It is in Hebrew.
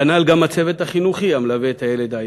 כנ"ל גם הצוות החינוכי המלווה את הילד העיוור.